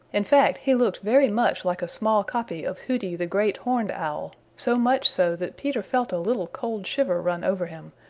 in fact he looked very much like a small copy of hooty the great horned owl, so much so that peter felt a little cold shiver run over him,